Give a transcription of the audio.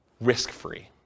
risk-free